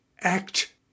act